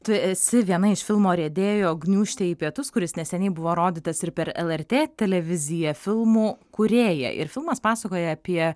tu esi viena iš filmo riedėjo gniūžtė į pietus kuris neseniai buvo rodytas ir per lrt televiziją filmų kūrėja ir filmas pasakoja apie